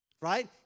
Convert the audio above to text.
Right